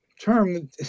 term